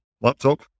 laptop